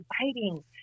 inviting